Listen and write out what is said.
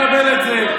הוא צריך לקבל את זה.